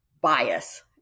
bias